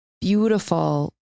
beautiful